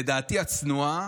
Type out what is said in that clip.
לדעתי הצנועה,